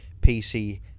PC